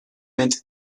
meant